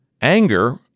Anger